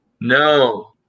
No